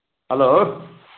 hello